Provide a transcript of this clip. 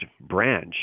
branch